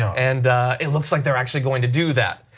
and it looks like they are actually going to do that.